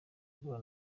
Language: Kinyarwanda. guhura